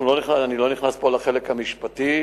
אני לא נכנס פה לחלק המשפטי,